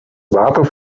water